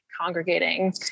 congregating